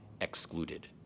excluded